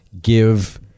give